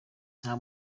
nta